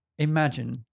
Imagine